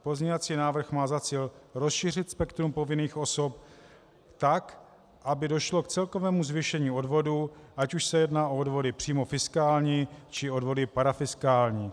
Pozměňovací návrh má za cíl rozšířit spektrum povinných osob tak, aby došlo k celkovému zvýšení odvodů, ať už se jedná o odvody přímo fiskální, či odvody parafiskální.